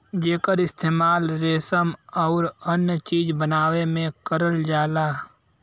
जेकर इस्तेमाल रेसम आउर अन्य चीज बनावे में करल जाला